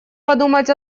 подумать